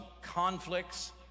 conflicts